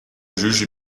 juge